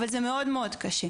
אבל זה מאוד מאוד קשה.